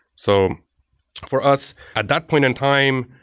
so for us, at that point in time,